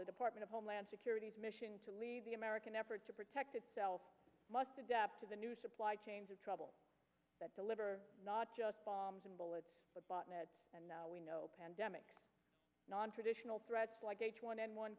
the department of homeland security's mission to lead the american effort to protect itself must adapt to the new supply chains of trouble that deliver not just bombs and bullets but bottom and now we know pandemic nontraditional threats like h one n one